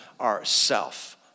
ourself